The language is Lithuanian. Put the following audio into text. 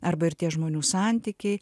arba ir tie žmonių santykiai